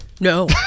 No